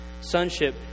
Sonship